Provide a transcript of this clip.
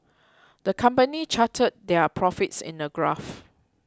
the company charted their profits in a graph